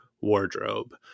wardrobe